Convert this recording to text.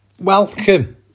welcome